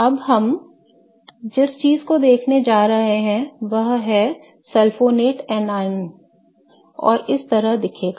अब हम जिस चीज को देखने जा रहे हैं वह सल्फोनेट एनायन है और इस तरह दिखेगा